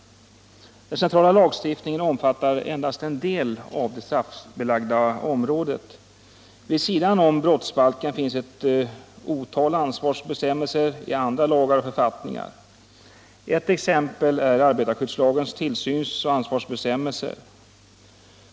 Den centrala lagstiftningen omfattar endast en del av det straffbetlagda området. Vid sidan av brottsbalken finns ett otal ansvarsbestämmelser i andra lagar och författningar. Ett exempel är arbetarskyddslagens tillsyns och ansvarsbestiämmelse.